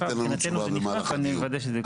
מבחינתנו זה נכנס ואני אבדוק את זה.